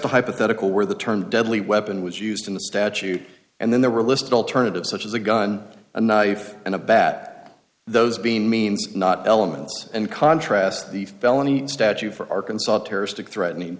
a hypothetical where the turned deadly weapon was used in the statute and then there were listed alternatives such as a gun a knife and a bat those being means not elements in contrast the felony statute for arkansas terroristic threat